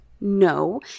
No